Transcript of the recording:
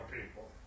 people